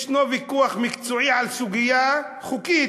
ישנו ויכוח מקצועי על סוגיה חוקית,